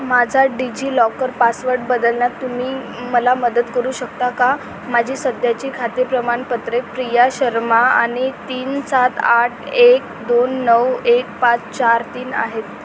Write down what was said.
माझा DigiLocker password बदलण्यात तुम्ही मला मदत करू शकता का माझी सध्याची खाते प्रमाणपत्रे प्रिया शर्मा आणि तीन सात आठ एक दोन नऊ एक पाच चार तीन आहेत